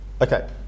Okay